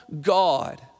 God